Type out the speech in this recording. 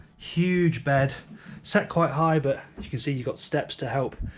huge bed set quite high, but and you can see you've got steps to help